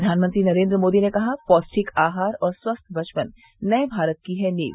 प्रधानमंत्री नरेन्द्र मोदी ने कहा पौष्टिक आहार और स्वस्थ बचपन नये भारत की है नींव